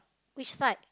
which side